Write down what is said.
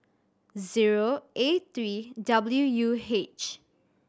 zeo A three W U H